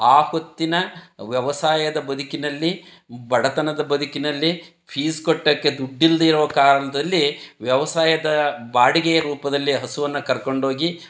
ಆ ಹೊತ್ತಿನ ವ್ಯವಸಾಯದ ಬದುಕಿನಲ್ಲಿ ಬಡತನದ ಬದುಕಿನಲ್ಲಿ ಫೀಸ್ ಕಟ್ಟೋಕ್ಕೆ ದುಡ್ಡಿಲ್ಲದೇ ಇರೋ ಕಾರಣದಲ್ಲಿ ವ್ಯವಸಾಯದ ಬಾಡಿಗೆಯ ರೂಪದಲ್ಲಿ ಹಸುವನ್ನು ಕರ್ಕೊಂಡು ಹೋಗಿ